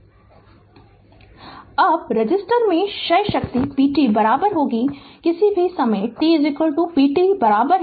Refer Slide Time 1146 अब resistor में क्षय शक्ति p t किसी भी समय t p t vR t i t है